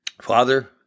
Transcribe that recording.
Father